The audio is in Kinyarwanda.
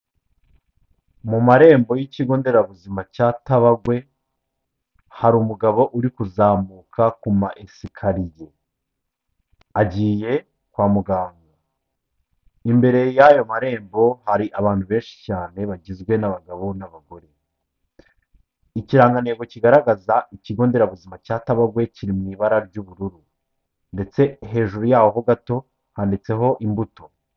Mu marembo y'ikigo nderabuzima cya Tabagwe, hari umugabo uri kuzamuka ku ma esikariye; agiye kwa muganga. Imbere y'ayo marembo, hari abantu benshi cyane bagizwe n'abagabo n'abagore. Ikirangantego k'ikigo nderabuzima cya Tabagwe kiri mu ibara ry'ubururu; ndetse hejuru yaho gato handitseho imbuto.